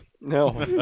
No